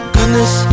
Goodness